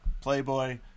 Playboy